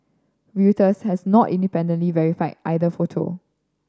reuters has not independently verified either photo